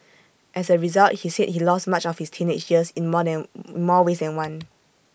as A result he said he lost much of his teenage years in more than more ways than one